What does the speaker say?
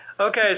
Okay